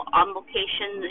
on-location